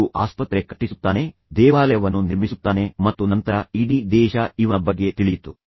ಒಂದು ಆಸ್ಪತ್ರೆ ಕಟ್ಟಿಸುತ್ತಾನೆ ದೇವಾಲಯವನ್ನು ನಿರ್ಮಿಸುತ್ತಾನೆ ಮತ್ತು ನಂತರ ಇಡೀ ದೇಶದಂತೆಯೇ ಇವನ ಬಗ್ಗೆ ತಿಳಿಯಿತು